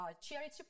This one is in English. charity